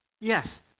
Yes